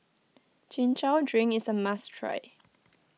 Chin Chow Drink is a must try